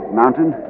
mountain